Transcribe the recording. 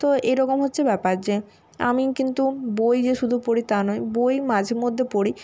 তো এরকম হচ্ছে ব্যাপার যে আমি কিন্তু বই যে শুধু পড়ি তা নয় বই মাঝেমধ্যে পড়ি